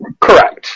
Correct